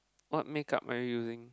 what make up are you using